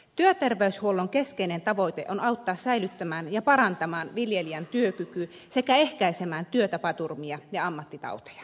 työterveyshuollon keskeinen tavoite on auttaa säilyttämään ja parantamaan viljelijän työkyky sekä ehkäisemään työtapaturmia ja ammattitauteja